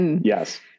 Yes